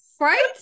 right